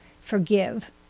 forgive